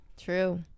True